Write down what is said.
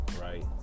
right